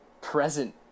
present